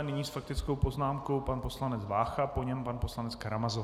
Nyní s faktickou poznámkou pan poslanec Vácha, po něm pan poslanec Karamazov.